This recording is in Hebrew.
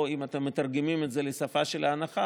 או אם אתם מתרגמים את זה לשפה של ההנחה,